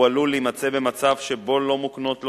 הוא עלול להימצא במצב שבו לא מוקנות לו